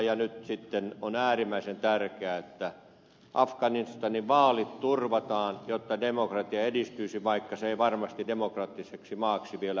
ja nyt sitten on äärimmäisen tärkeää että afganistanin vaalit turvataan jotta demokratia edistyisi vaikka se ei varmasti demokraattiseksi maaksi vielä muodostu